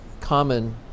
common